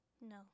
No